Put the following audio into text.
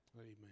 Amen